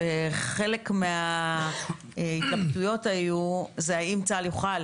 וחלק מההתלבטויות היו האם צה"ל יוכל